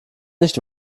nicht